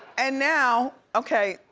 and now, okay,